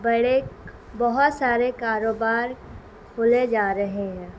بڑے بہت سارے کاروبار کھلے جا رہے ہیں